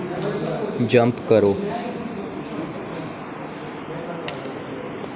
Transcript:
jump करो